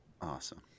Awesome